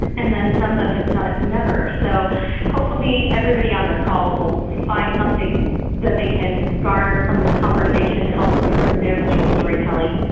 and then some who've done it never. so hopefully, everybody on this call will find something that they can garner from this conversation to help improve their visual storytelling.